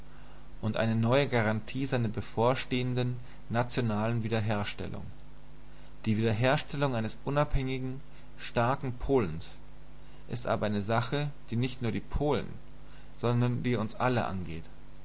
und eine neue garantie seiner bevorstehenden nationalen wiederherstellung die wiederherstellung eines unabhängigen starken polens ist aber eine sache die nicht nur die polen sondern die uns alle angeht